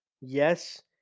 yes